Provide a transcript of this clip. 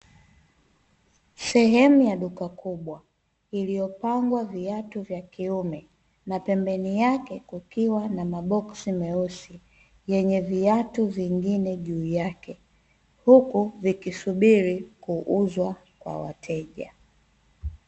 Sehemu ya duka kubwa iliyopangwa viatu vya kiume, na pembeni yake kukiwa na maboksi meusi yenye viatu vingine juu yake, huku vikisubiri kuuzwa kwa wateja.